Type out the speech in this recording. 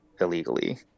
illegally